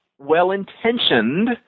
well-intentioned